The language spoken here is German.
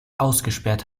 ausgesperrt